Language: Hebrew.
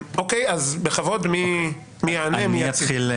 בכבוד, מי יענה, מי יתחיל?